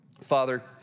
Father